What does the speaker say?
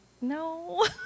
no